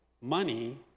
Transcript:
money